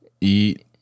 eat